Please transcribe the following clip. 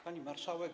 Pani Marszałek!